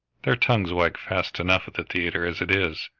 their tongues wag fast enough at the theatre, as it is.